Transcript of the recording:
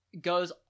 goes